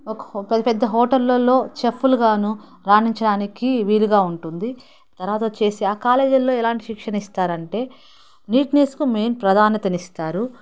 ఒక పెద్ద పెద్ద హోటల్లలో చెఫ్లుగాను రాణించడానికి వీలుగా ఉంటుంది తరువాత వచ్చేసి ఆ కాలేజీల్లో ఎలాంటి శిక్షణ ఇస్తారంటే నీట్నెస్కు మెయిన్ ప్రాధాన్యత ఇస్తారు